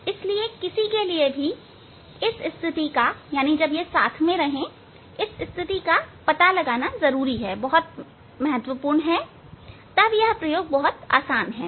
इसलिए किसी के लिए भी इस स्थिति का पता लगाना महत्वपूर्ण है तब यह प्रयोग बहुत आसान है